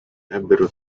ebbero